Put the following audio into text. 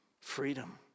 freedom